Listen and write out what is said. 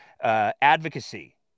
advocacy